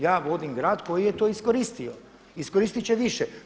Ja vodim grad koji je to iskoristio, iskoristiti će više.